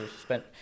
spent